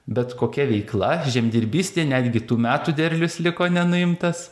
bet kokia veikla žemdirbystė netgi tų metų derlius liko nenuimtas